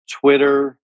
Twitter